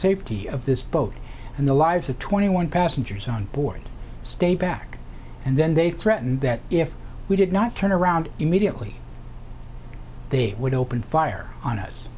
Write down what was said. safety of this boat and the lives of twenty one passengers onboard stay back and then they threatened that if we did not turn around immediately they would open fire on us